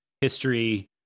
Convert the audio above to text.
history